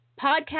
Podcast